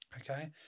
Okay